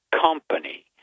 company